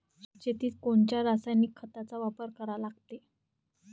शेतीत कोनच्या रासायनिक खताचा वापर करा लागते?